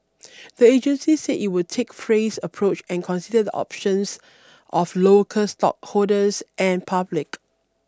the agency said it will take phased approach and consider the options of local stockholders and public